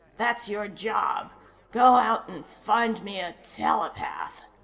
that's your job go out and find me a telepath.